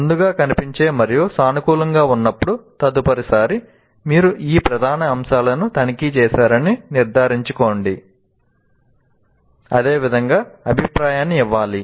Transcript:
ముందుకు కనిపించే మరియు సానుకూలంగా ఉన్నప్పుడు తదుపరిసారి మీరు ఈ ప్రధాన అంశాలను తనిఖీ చేశారని నిర్ధారించుకోండి అదే విధంగా అభిప్రాయాన్ని ఇవ్వాలి